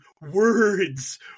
Words